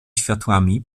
światłami